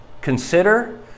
Consider